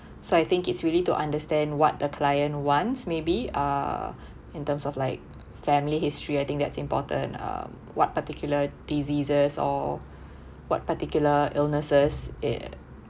so I think it's really to understand what the client wants maybe uh in terms of like family history I think that's important um what particular diseases or what particular illnesses it